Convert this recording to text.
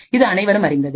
இது அனைவரும் அறிந்ததே